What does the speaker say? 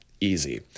easy